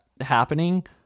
happening